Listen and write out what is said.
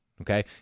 Okay